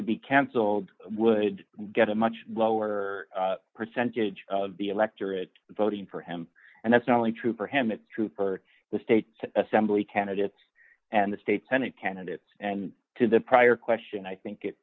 to be canceled would get a much lower percentage of the electorate voting for him and that's not only true for him it's true for the state assembly candidates and the state senate candidates and to the prior question i think it